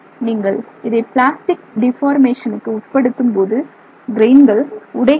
நீங்கள் இதை பிளாஸ்டிக் டிபார்மேசனுக்கு உட்படுத்தும்போது கிரெயின்கள் உடைகின்றன